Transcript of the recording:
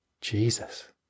Jesus